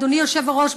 אדוני היושב-ראש,